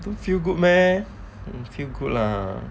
the feel good meh feel good lah